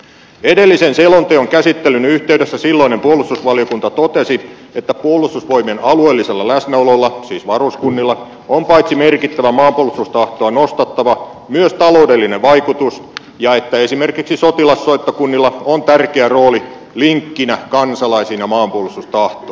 edellisen selonteon käsittelyn yhteydessä silloinen puolustusvaliokunta totesi että puolustusvoimien alueellisella läsnäololla siis varuskunnilla on pait si merkittävä maanpuolustustahtoa nostattava myös taloudellinen vaikutus ja että esimerkiksi sotilassoittokunnilla on tärkeä rooli linkkinä kansalaisiin ja maanpuolustustahtoon